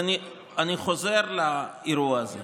אני חוזר לאירוע הזה.